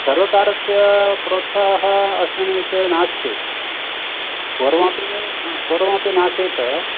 सर्वकारस्य प्रोत्साहः अस्मिन् विषये नास्ति पूर्वमपि हा पूर्वमपि न आसीत्